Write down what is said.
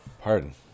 Pardon